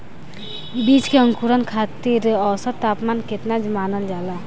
बीज के अंकुरण खातिर औसत तापमान केतना मानल जाला?